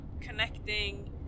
connecting